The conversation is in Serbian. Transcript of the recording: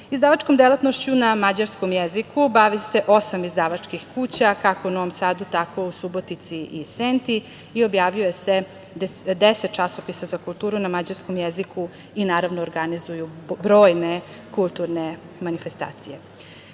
mađarskom. Izdavačkom delatnošću na mađarskom jeziku bavi se osam izdavačkih kuća, kako u Novom Sadu, tako u Subotici i Senti i objavljuje se 10 časopisa za kulturu na mađarskom jeziku i organizuju brojne kulturne manifestacije. Da